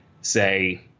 say